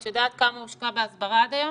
את יודעת כמה הושקע בהסברה עד היום?